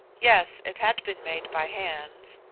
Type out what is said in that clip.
yes, it had been made by hands,